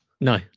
No